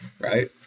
right